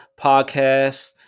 Podcast